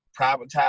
privatize